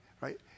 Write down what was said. right